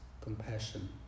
compassion